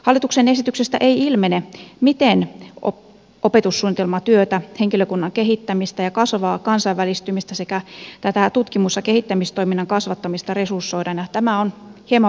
hallituksen esityksestä ei ilmene miten opetussuunnitelmatyötä henkilökunnan kehittämistä ja kasvavaa kansainvälistymistä sekä tätä tutkimus ja kehittämistoiminnan kasvattamista resursoidaan ja tämä on hieman valitettavaa